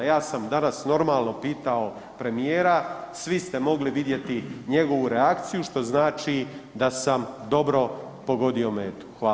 Ja sam danas normalno pitao premijera, svi ste mogli vidjeti njegovu reakciju, što znači da sam dobro pogodio metu.